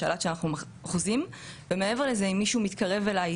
ולגבי שתי נשים שעברו פגיעה בדרכים כאלה ואחרות,